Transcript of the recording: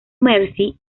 mercy